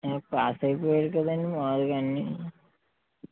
pass అయిపోయాడు కదండీ మామూలుగా అన్ని